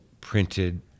printed